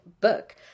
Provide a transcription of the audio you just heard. book